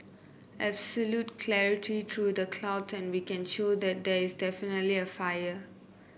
absolute clarity through the cloud and we can show that there is definitely a fire